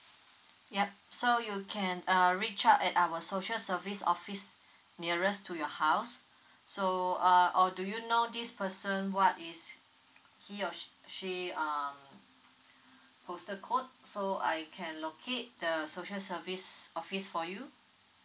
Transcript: yup so you can uh reach out at our social service office nearest to your house so uh or do you know this person what is he or she she um postal code so I can locate the social service office for you